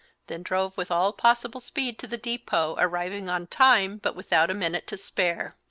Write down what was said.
then drove with all possible speed to the depot, arriving on time but without a minute to spare.